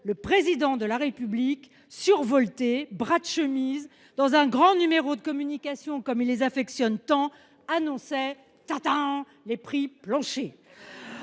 le Président de la République, survolté, en bras de chemise, dans un grand numéro de communication comme il les affectionne tant, annonçait… – tadam